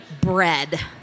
bread